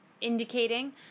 indicating